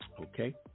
Okay